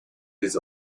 his